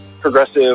progressive